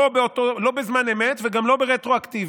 לא בזמן אמת וגם לא רטרואקטיבית.